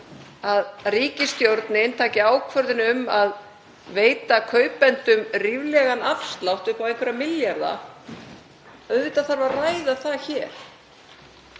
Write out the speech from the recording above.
að ríkisstjórnin taki ákvörðun um að veita kaupendum ríflegan afslátt upp á einhverja milljarða — auðvitað þarf að ræða það hér